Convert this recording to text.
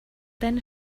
deine